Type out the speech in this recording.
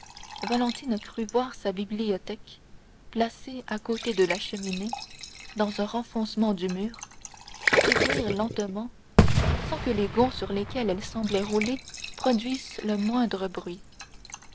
valentine crut voir sa bibliothèque placée à côté de la cheminée dans un renfoncement du mur s'ouvrir lentement sans que les gonds sur lesquels elle semblait rouler produisissent le moindre bruit